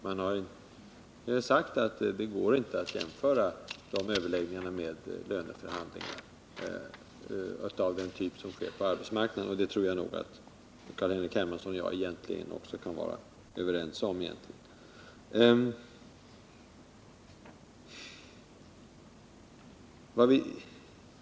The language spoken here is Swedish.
Man har sagt att det inte går att jämföra dessa överläggningar med löneförhandlingar av den typ som är vanlig på arbetsmarknaden, och det tror jag också att Carl-Henrik Hermansson och jag kan vara överens om.